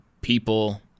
people